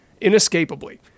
inescapably